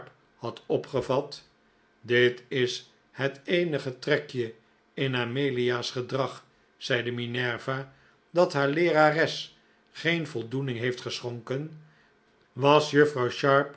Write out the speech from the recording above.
had opgevat dit is het eenige trekje in amelia's gedrag zeide minerva dat haar leerares geen voldoening heeft geschonken was juffrouw